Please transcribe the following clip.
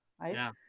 right